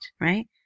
right